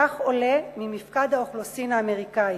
כך עולה ממפקד האוכלוסין האמריקני.